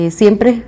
siempre